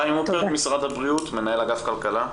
חיים הופרט, משרד הבריאות, מנהל אגף כלכלה.